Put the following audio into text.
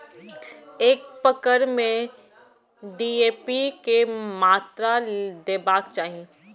एक एकड़ में डी.ए.पी के मात्रा देबाक चाही?